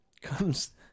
comes